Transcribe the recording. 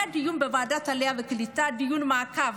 היה דיון בוועדת העלייה והקליטה, דיון מעקב.